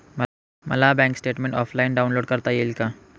मला bank statement offline download करता येईल का?